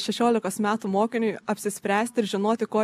šešiolikos metų mokiniui apsispręsti ir žinoti ko